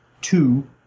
two